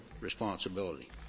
responsibility